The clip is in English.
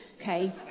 okay